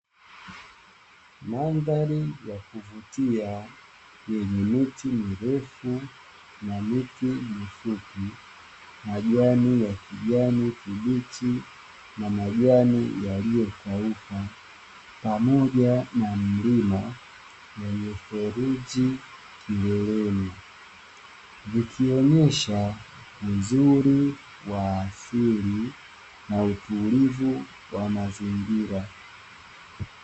Mandhari ya kuvutia yenye miti mirefu na miti mifupi, majani ya kijani kibichi na majani yaliyokauka pamoja na mlima wenye kibichi kilelelni, vikionyesha uzuri wa asili na uzuri wa mazingira.